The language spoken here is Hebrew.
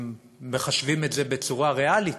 אם מחשבים את זה בצורה ריאלית,